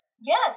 Yes